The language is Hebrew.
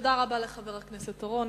תודה רבה לחבר הכנסת אורון.